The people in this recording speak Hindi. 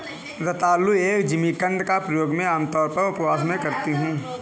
रतालू या जिमीकंद का प्रयोग मैं आमतौर पर उपवास में करती हूँ